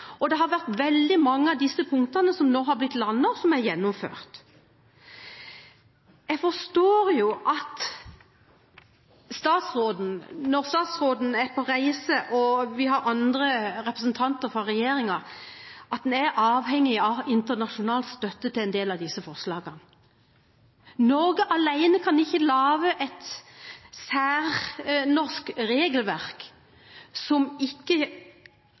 og veldig mange av disse punktene har nå blitt landet og gjennomført. Jeg forstår jo – som statsråden opplever når han er på reise, og også andre representanter fra regjeringen – at en er avhengig av internasjonal støtte til en del av disse forslagene. Norge alene kan ikke lage et særnorsk regelverk som ikke